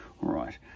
right